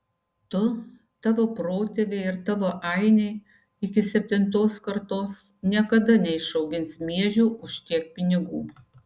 tu tavo protėviai ir tavo ainiai iki septintos kartos niekada neišaugins miežių už tiek pinigų